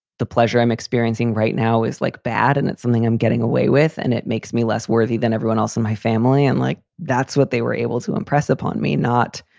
the pleasure i'm experiencing right now is like bad. and it's something i'm getting away with. and it makes me less worthy than everyone else in my family. and like, that's what they were able to impress upon me. not,